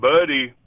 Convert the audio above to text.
Buddy